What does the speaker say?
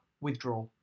Withdraw